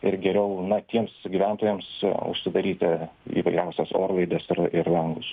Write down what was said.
ir geriau na tiems gyventojams užsidaryti įvairiausias orlaides ir ir langus